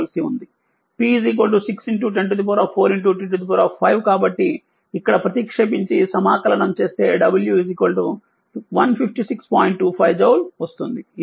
P 6 104 t5కాబట్టి ఇక్కడ ప్రతిక్షేపించి సమాకలనం చేస్తే w 15625జౌల్ వస్తుంది